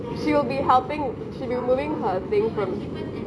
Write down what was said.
she will be helping she will be moving her things from